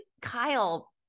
kyle